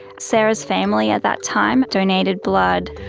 sarah's family at that time donated blood.